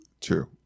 True